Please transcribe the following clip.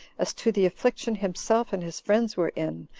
as to the affliction himself and his friends were in,